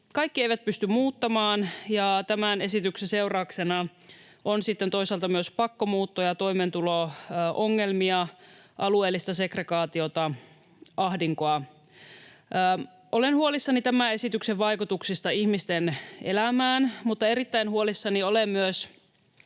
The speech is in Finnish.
kaikki eivät pysty muuttamaan, ja tämän esityksen seurauksena on sitten toisaalta myös pakkomuutto- ja toimeentulo-ongelmia, alueellista segregaatiota, ahdinkoa. Olen huolissani tämän esityksen vaikutuksista ihmisten elämään, mutta erittäin huolissani olen myös